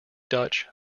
dutch